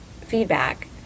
feedback